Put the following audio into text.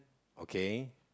okay